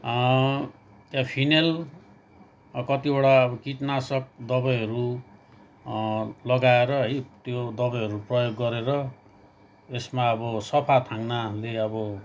यहाँ फिनेल कतिवटा किटनाशक दवाईहरू लगाएर है त्यो दवाईहरू प्रयोग गरेर यसमा अब सफा थाङ्नाहरूले अब